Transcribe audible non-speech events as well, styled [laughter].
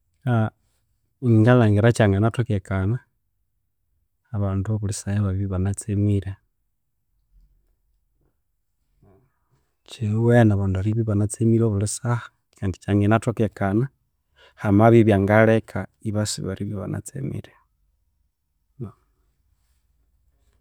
[hesitation] ngalhangira kyanginathokekana abandu obulhi saha ebabya ebana tsemire kinuwene abandu eribya ebanatsemire obulhi saha kandi kyangunathokekana hamabya abya ngalheka ebasiba eribya ebanatsemire. [noise]